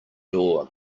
door